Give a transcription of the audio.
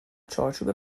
چارچوب